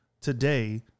today